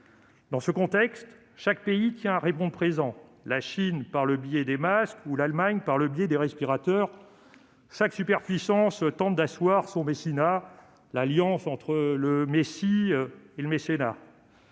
Dans ce contexte, chaque pays tient à répondre présent, la Chine par le biais des masques, l'Allemagne par celui des respirateurs. Chaque superpuissance tente d'asseoir son « messinat »- cette alliance du messie et du mécénat.